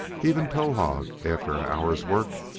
even towahg, after an hour's work,